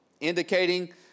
indicating